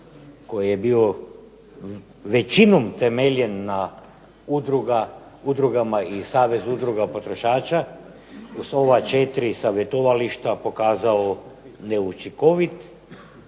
koji je bio većinom temeljen na udrugama i savezu udruga potrošača uz ova 4 savjetovališta pokazao neučinkovit,